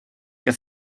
que